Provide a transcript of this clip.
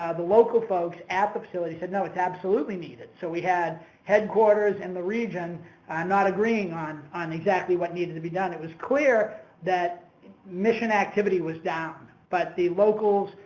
ah the local folks at the facility said no, it's absolutely needed. so, we had headquarters in the region not agreeing on on exactly what needed to be done. it was clear that mission activity was down, but the locals,